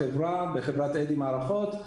בחברת אד"י מערכות,